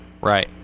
Right